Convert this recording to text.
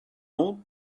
old